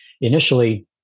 initially